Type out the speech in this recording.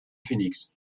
phoenix